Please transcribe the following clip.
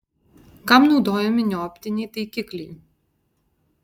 kam naudojami neoptiniai taikikliai